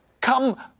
Come